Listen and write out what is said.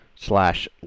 Slash